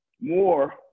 more